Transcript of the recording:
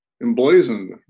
emblazoned